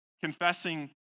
confessing